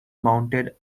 mounted